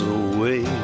away